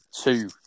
two